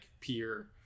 peer